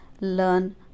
learn